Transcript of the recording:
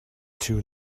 too